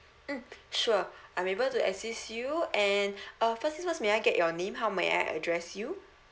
mm sure I'm able to assist you and uh first things first may I get your name how may I address you